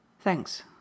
Thanks